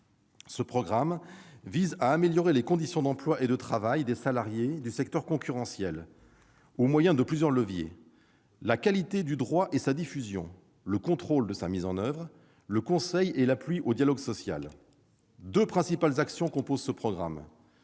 Ce programme vise à améliorer les conditions d'emploi et de travail des salariés du secteur concurrentiel, au moyen de plusieurs leviers : la qualité du droit et sa diffusion, le contrôle de sa mise en oeuvre, le conseil et l'appui au dialogue social. Deux principales actions composent ce programme.